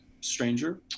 stranger